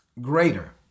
greater